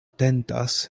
tentas